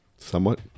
Somewhat